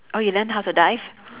oh you learn how to dive